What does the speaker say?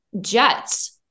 jets